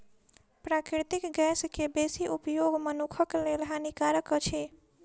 प्राकृतिक गैस के बेसी उपयोग मनुखक लेल हानिकारक अछि